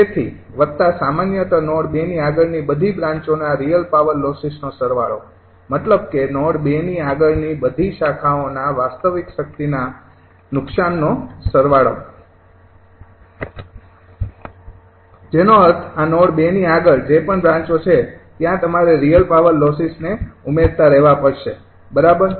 તેથી વત્તા સામાન્યત નોડ ૨ ની આગળની બધી બ્રાંચોના રિયલ પાવર લોસીસ સરવાળો મતલબ કે નોડ ૨ ની બહારની બધી શાખાઓના વાસ્તવિક શક્તિના નુકસાનનો સરવાળો જેનો અર્થ આ નોડ ૨ ની આગળ જે પણ બ્રાંચો છે ત્યાં તમારે રિયલ પાવર લોસીસ ને ઉમેરવા પડશે બરાબર